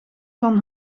van